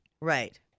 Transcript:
Right